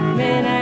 men